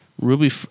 Ruby